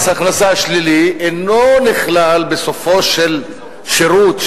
מס הכנסה שלילי אינו נכלל בסופו של שירות,